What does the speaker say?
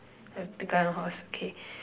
have a big guy on a horse okay